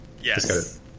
Yes